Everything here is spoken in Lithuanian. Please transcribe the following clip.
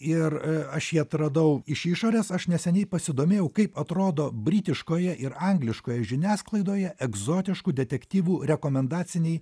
ir aš jį atradau iš išorės aš neseniai pasidomėjau kaip atrodo britiškoje ir angliškoje žiniasklaidoje egzotiškų detektyvų rekomendaciniai